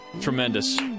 Tremendous